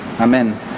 Amen